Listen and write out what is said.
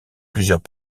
plusieurs